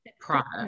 product